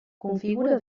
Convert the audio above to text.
configura